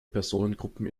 personengruppen